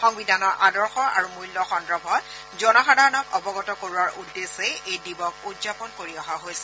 সংবিধানখনৰ আদৰ্শ আৰু মূল্য সন্দৰ্ভত জনসাধাৰণক অৱগত কৰোৱাৰ উদ্দেশ্যে এই দিৱস উদযাপন কৰি অহা হৈছে